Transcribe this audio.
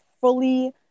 fully